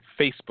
Facebook